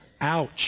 Ouch